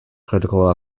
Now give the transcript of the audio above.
critical